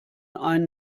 einen